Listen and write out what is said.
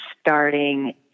starting